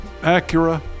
Acura